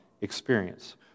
experience